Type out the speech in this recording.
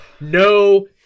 no